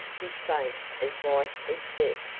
his face as white as death.